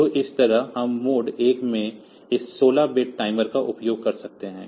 तो इस तरह हम मोड 1 में इस 16 बिट टाइमर का उपयोग कर सकते हैं